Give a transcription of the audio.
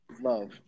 love